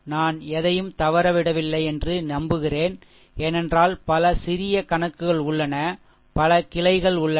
நான் எதையும் தவறவிடவில்லை என்று நம்புகிறேன் ஏனென்றால் பல சிறிய கணக்குகள் உள்ளன பல கிளைகள் உள்ளன